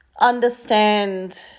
understand